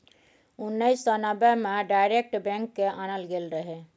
उन्नैस सय नब्बे मे डायरेक्ट बैंक केँ आनल गेल रहय